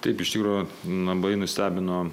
taip iš tikro labai nustebino